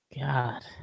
God